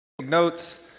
notes